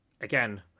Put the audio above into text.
again